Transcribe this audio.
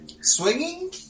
Swinging